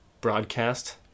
broadcast